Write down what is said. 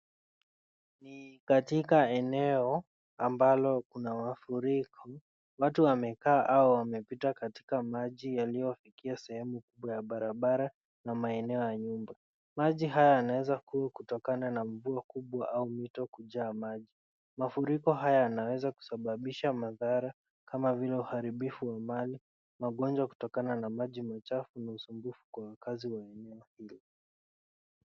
Katika eneo ambalo kuna mafuriko. Watu wamekaa au wamepita katika maji yaliyofikia sehemu kubwa ya barabara na maeneo ya nyumba. Maji haya yanaweza kuwa kutokana na mvua kubwa au mito kujaa maji. Mafuriko haya yanaweza kusababisha madhara kama vile uharibifu wa mali, magonjwa kutokana na maji machafu, na usumbufu kwa wakazi wa eneo hilo.